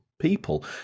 people